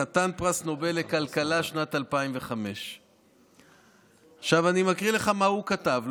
חתן פרס נובל לכלכלה שנת 2005. אני מקריא לך מה הוא כתב,